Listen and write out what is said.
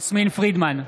יסמין פרידמן,